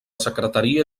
secretaria